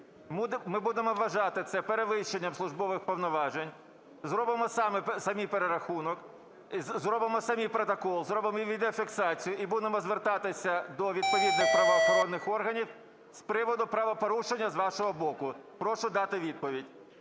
ми будемо вважати це перевищенням службових повноважень. Зробимо самі перерахунок, зробимо самі протокол, зробимо відеофіксацію - і будемо звертатися до відповідних правоохоронних органів з приводу правопорушення з вашого боку. Прошу дати відповідь.